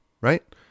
right